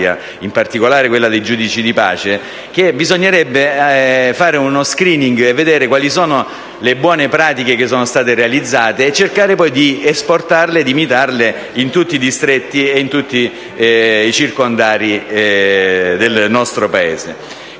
in particolare quella dei giudici di pace, che bisognerebbe fare uno *screening* per valutare quali buone pratiche sono state realizzate e cercare di esportarle o imitarle in tutti i distretti e i circondari del nostro Paese.